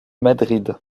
madrid